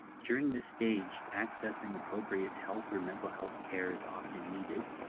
during this stage accessing appropriate health or mental health care is often needed.